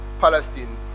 Palestine